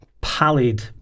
pallid